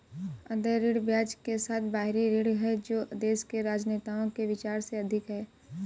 अदेय ऋण ब्याज के साथ बाहरी ऋण है जो देश के राजनेताओं के विचार से अधिक है